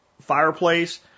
fireplace